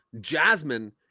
jasmine